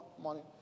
morning